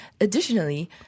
Additionally